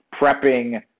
prepping